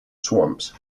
swamps